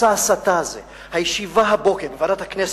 מסע ההסתה הזה, הישיבה הבוקר בוועדת הכנסת,